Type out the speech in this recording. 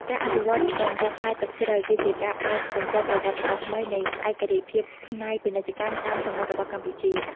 ការអភិវឌ្ឍកំពង់ផែទឹកជ្រៅ គឺជាការបើកទំព័រប្រវត្តិសាស្ត្រថ្មីនៃឯករាជ្យភាពផ្នែកពាណិជ្ជកម្មតាមសមុទ្ររបស់កម្ពុជា។